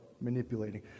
manipulating